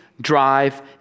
drive